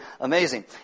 amazing